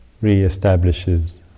re-establishes